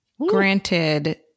Granted